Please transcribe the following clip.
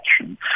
action